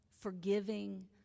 forgiving